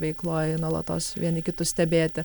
veikloj nuolatos vieni kitus stebėti